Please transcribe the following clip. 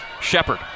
Shepard